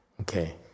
okay